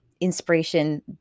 inspiration